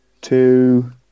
two